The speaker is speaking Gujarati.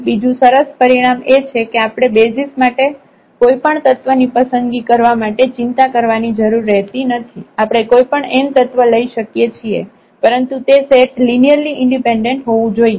બીજું સરસ પરિણામ એ છે કે આપણે બેસિઝ માટે કોઈપણ તત્વ ની પસંદગી કરવા મટે ચિંતા કરવાની જરૂર રહેતી નથી આપણે કોઈપણ n તત્વ લઇ શકીએ છીએ પરંતુ તે સેટ લિનિયરલી ઈન્ડિપેન્ડેન્ટ હોવું જોઈએ